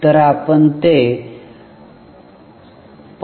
तर आपण ते 5